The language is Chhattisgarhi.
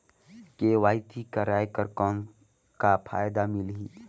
के.वाई.सी कराय कर कौन का फायदा मिलही?